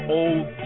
old